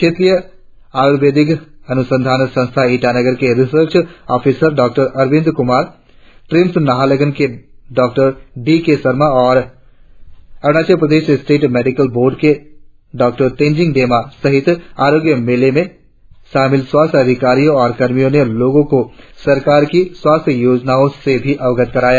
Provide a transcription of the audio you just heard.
क्षेत्रीय आयूर्वेदिक अनुसंधान संस्थान ईटानगर के रिसर्च ऑफिसर डॉ अरविंद कुमार ट्रीम्स नाहरलगुन के डॉ डी के शर्मा और Arunachal Pradesh state medicinal board के डॉ तेनजिंग देमा सहित आरोग्य मेले में शामिल स्वास्थ्य अधिकारियों और कर्मियों ने लोगों को सरकार की स्वास्थ्य योजनाओं से भी अवगत कराया